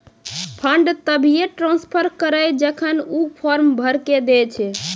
fund तभिये transfer करऽ जेखन ऊ फॉर्म भरऽ के दै छै